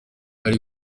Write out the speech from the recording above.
ari